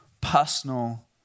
personal